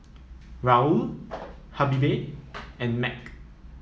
Raoul Habibie and Mac